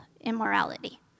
immorality